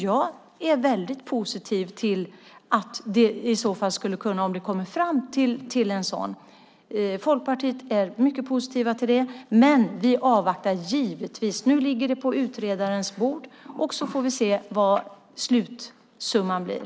Jag är väldigt positiv till detta om det kommer ett sådant förslag. Vi i Folkpartiet är mycket positiva, men vi avvaktar givetvis utredningen. Nu ligger det på utredarens bord, och vi får se vad slutsumman blir.